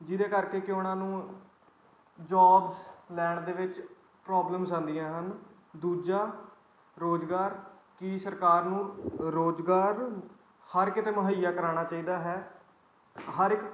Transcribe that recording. ਜਿਹਦੇ ਕਰਕੇ ਕਿ ਉਹਨਾਂ ਨੂੰ ਜੋਬਸ ਲੈਣ ਦੇ ਵਿੱਚ ਪ੍ਰੋਬਲਮ ਆਉਂਦੀਆਂ ਹਨ ਦੂਜਾ ਰੁਜ਼ਗਾਰ ਕੀ ਸਰਕਾਰ ਨੂੰ ਰੁਜ਼ਗਾਰ ਹਰ ਕਿਤੇ ਮੁਹੱਈਆ ਕਰਵਾਉਣਾ ਚਾਹੀਦਾ ਹੈ ਹਰ ਇੱਕ